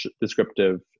descriptive